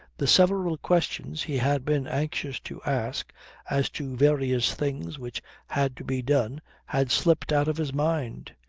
the several questions he had been anxious to ask as to various things which had to be done had slipped out of his mind.